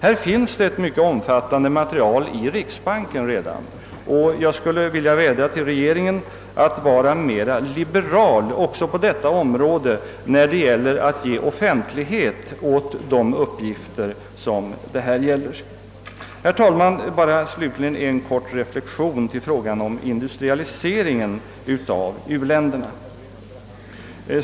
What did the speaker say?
Härvidlag finns redan ett mycket om fattande material i riksbanken, och jag skulle vilja vädja till regeringen att vara mer liberal också när det gäller att ge offentlighet åt dessa uppgifter. Herr talman! Slutligen bara i all korthet en reflexion när det gäller frågan om industrialiseringen i u-länderna.